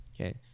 okay